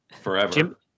Forever